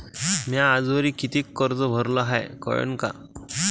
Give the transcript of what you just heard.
म्या आजवरी कितीक कर्ज भरलं हाय कळन का?